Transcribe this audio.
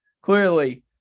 Clearly